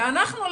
ואנחנו,